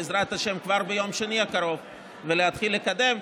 בעזרת השם, כבר ביום שני הקרוב ולהתחיל לקדם.